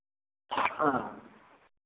हाँ